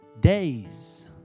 Days